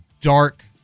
dark